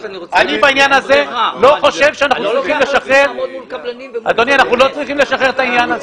בעניין הזה אני לא חושב שאנחנו צריכים לשחרר את העניין הזה.